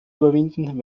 überwinden